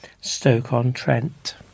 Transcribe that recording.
Stoke-on-Trent